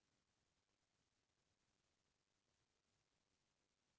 video KYC का होथे